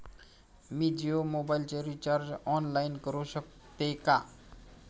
मी जियो मोबाइलचे recharge online करू शकते का?